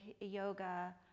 yoga